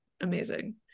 amazing